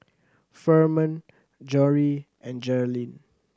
Furman Jory and Jerrilyn